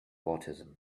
autism